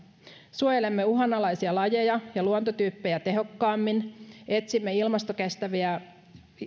suojelemme uhanalaisia lajeja ja luontotyyppejä tehokkaammin etsimme ilmastokestäviä